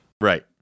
Right